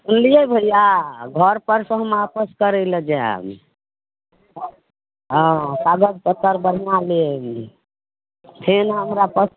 सुनलियै भैया घर परसँ हम आपस करय लऽ जायब हँ कागज पत्तर बढ़िआँ लेब फेन हमरा